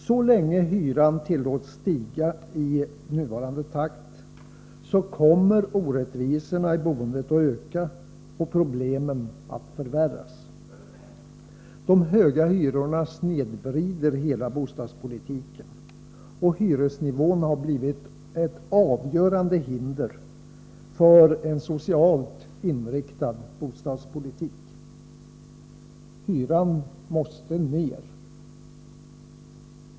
Så länge hyran tillåts stiga i nuvarande takt kommer orättvisorna i boendet att öka och problemen att förvärras. De höga hyrorna snedvrider hela bostadspolitiken. Hyresnivån har blivit ett avgörande hinder för en socialt inriktad bostadspolitik. Hyran måste ner!